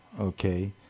Okay